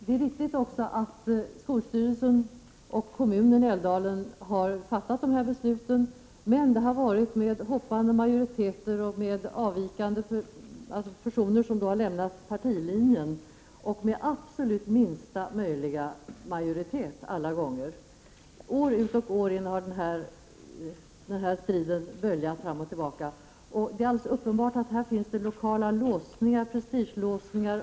Det är också viktigt att skolstyrelsen och Älvdalens kommun har fattat de här besluten. Men det har varit med hoppande majoriteter, alltså med hjälp av personer som lämnat partilinjen, och varje gång med absolut minsta möjliga majoritet. År ut och år in har den här striden böljat fram och tillbaka. Det är uppenbart att det här finns lokala låsningar och prestigelåsningar.